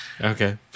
Okay